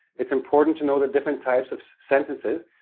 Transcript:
it's important to know the different types of sentences,